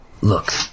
Look